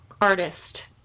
artist